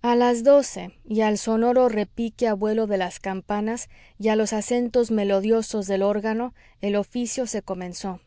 a las doce y al sonoro repique a vuelo de las campanas y a los acentos melodiosos del órgano el oficio se comenzó